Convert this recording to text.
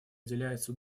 уделяется